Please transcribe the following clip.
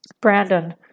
Brandon